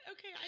okay